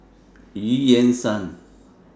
EU Yan Sang